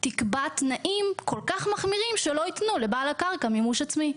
תקבע תנאים כל כך מחמירים שלא יתנו לבעל הקרקע מימוש עצמי.